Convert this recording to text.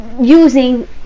using